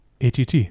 ATT